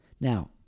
Now